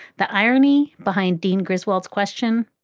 the irony behind dean griswold's question,